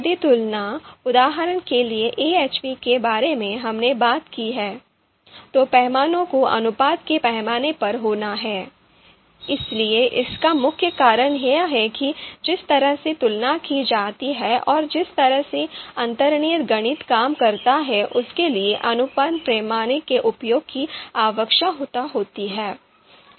यदि तुलना उदाहरण के लिए AHP के बारे में हमने बात की है तो पैमाने को अनुपात के पैमाने पर होना है इसलिए इसका मुख्य कारण यह है कि जिस तरह से तुलना की जाती है और जिस तरह से अंतर्निहित गणित काम करता है उसके लिए अनुपात पैमाने के उपयोग की आवश्यकता होती है